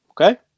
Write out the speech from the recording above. Okay